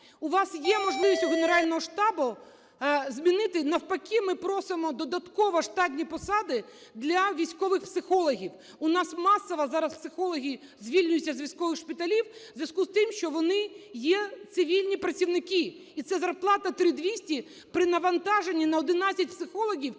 У вас є можливість, у Генерального штабу, змінити. Навпаки ми просимо додатково штатні посади для військових психологів. У нас масово зараз психологи звільняються з військових шпиталів у зв’язку з тим, що вони є цивільні працівники, і ця зарплата 3200 при навантаженні на 11 психологів